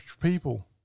people